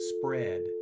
spread